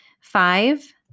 Five